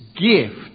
gift